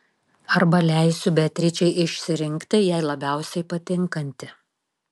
arba leisiu beatričei išsirinkti jai labiausiai patinkantį